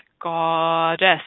goddess